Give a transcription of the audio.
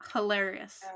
Hilarious